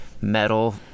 metal